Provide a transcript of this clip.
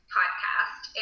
podcast